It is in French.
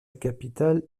capitale